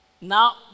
Now